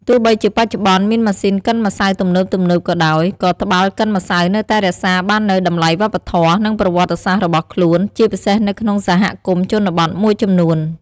ទោះបីជាបច្ចុប្បន្នមានម៉ាស៊ីនកិនម្សៅទំនើបៗក៏ដោយ ក៏ត្បាល់កិនម្សៅនៅតែរក្សាបាននូវតម្លៃវប្បធម៌ និងប្រវត្តិសាស្ត្ររបស់ខ្លួន ជាពិសេសនៅក្នុងសហគមន៍ជនបទមួយចំនួន។